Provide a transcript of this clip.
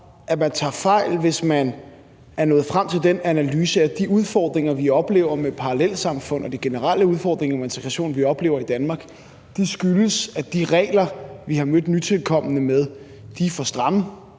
at man tager fejl, hvis man er nået frem til den analyse, at de udfordringer, vi oplever med parallelsamfund, og de generelle udfordringer med integration, vi oplever i Danmark, skyldes, at de regler, vi har mødt nytilkomne med, er for stramme.